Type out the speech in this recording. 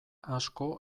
asko